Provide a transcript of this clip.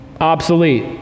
obsolete